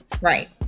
right